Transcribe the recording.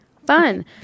Fun